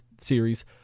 series